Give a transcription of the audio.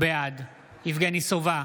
בעד יבגני סובה,